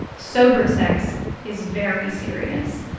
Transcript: sober sex is very serious.